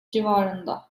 civarında